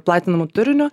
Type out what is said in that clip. platinamu turiniu